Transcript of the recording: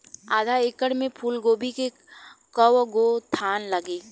आधा एकड़ में फूलगोभी के कव गो थान लागी?